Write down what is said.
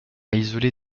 isolé